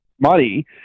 money